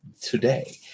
today